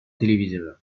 téléviseurs